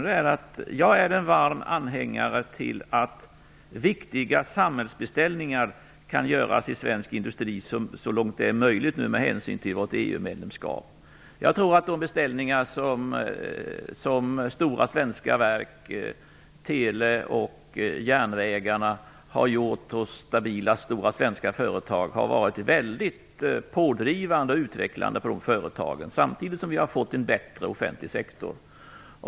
Det är att jag är en varm anhängare av att viktiga samhällsbeställningar görs i svensk industri så långt det är möjligt med hänsyn till vårt EU-medlemskap. Jag tror att de beställningar som stora svenska verk - tele och järnvägarna - har gjort hos stabila stora svenska företag har varit väldigt pådrivande och utvecklande för de företagen, samtidigt som vi har fått en bättre offentlig sektor.